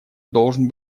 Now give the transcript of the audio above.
должен